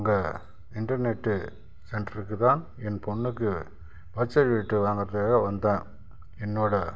உங்கள் இண்டர்நெட்டு சென்டருக்கு தான் என் பெண்ணுக்கு பர்த் சர்டிஃபிகேட் வாங்குகிறதுக்காக வந்தேன்